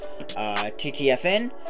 TTFN